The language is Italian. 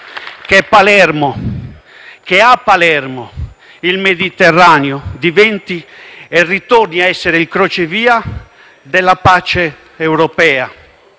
che a Palermo il Mediterraneo diventi e ritorni a essere il crocevia della pace europea